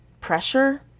pressure